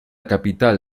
capital